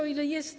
O ile jest.